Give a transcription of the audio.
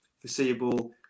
foreseeable